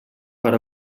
per